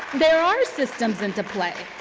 there are systems into play.